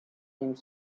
theme